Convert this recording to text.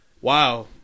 wow